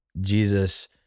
Jesus